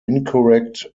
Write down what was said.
incorrect